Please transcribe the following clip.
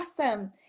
Awesome